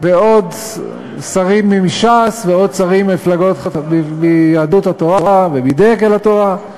ועוד שרים מש"ס ועוד שרים מיהדות התורה ומדגל התורה,